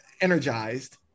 energized